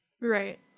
right